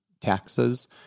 taxes